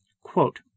quote